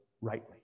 rightly